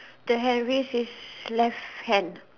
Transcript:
the Henry is less hand